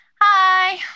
Hi